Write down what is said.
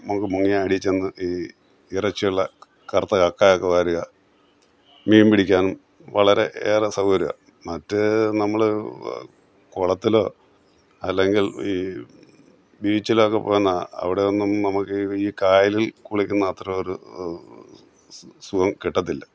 നമുക്ക് മുങ്ങിയാൽ അടിയിൽ ചെന്ന് ഈ ഇറച്ചിയുള്ള കറുത്ത കക്കയൊക്കെ വാരുക മീൻ പിടിക്കാനും വളരെ ഏറെ സൗകര്യമാണ് മറ്റ് നമ്മൾ കുളത്തിലോ അല്ലെങ്കിൽ ഈ ബീച്ചിലൊക്കെ പോയെന്നാൽ അവിടെ ഒന്നും നമുക്ക് ഈ കായലിൽ കുളിക്കുന്ന അത്ര ഒരു സുഖം കിട്ടില്ല